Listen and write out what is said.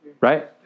right